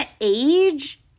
age